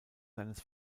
seines